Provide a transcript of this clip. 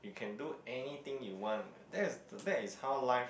you can do anything you want that's that is how life